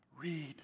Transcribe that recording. Read